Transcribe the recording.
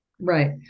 Right